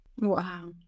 Wow